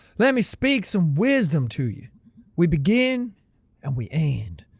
let me speak some wisdom to you we begin and we end,